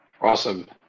Awesome